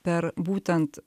per būtent